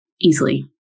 easily